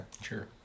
Sure